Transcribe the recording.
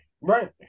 right